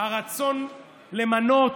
הרצון למנות,